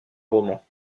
romans